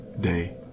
day